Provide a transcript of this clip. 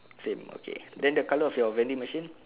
same okay then the colour of your vending machine